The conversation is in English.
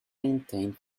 maintain